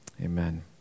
Amen